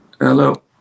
hello